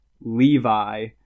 Levi